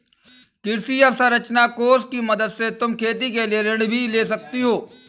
कृषि अवसरंचना कोष की मदद से तुम खेती के लिए ऋण भी ले सकती हो